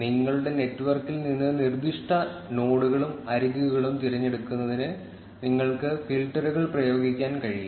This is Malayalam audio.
നിങ്ങളുടെ നെറ്റ്വർക്കിൽ നിന്ന് നിർദ്ദിഷ്ട നോഡുകളും അരികുകളും തിരഞ്ഞെടുക്കുന്നതിന് നിങ്ങൾക്ക് ഫിൽട്ടറുകൾ പ്രയോഗിക്കാൻ കഴിയും